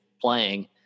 playing